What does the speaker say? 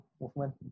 movement